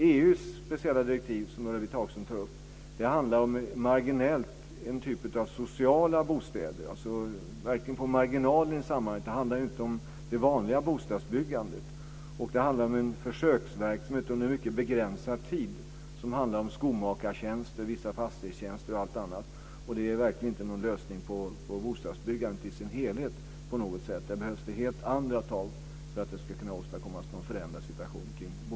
EU:s speciella direktiv, som Ulla-Britt Hagström tar upp, handlar om en marginell typ av sociala bostäder. Det ligger verkligen på marginalen i sammanhanget, och det handlar inte om det vanliga bostadsbyggandet. Det gäller en försöksverksamhet under en mycket begränsad tid som avser skomakartjänster, vissa fastighetstjänster osv. Det är verkligen inte på något sätt en lösning av problemet med bostadsbyggandet i dess helhet. Där behövs det helt andra tag för att man ska kunna åstadkomma någon förändrad situation.